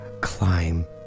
climb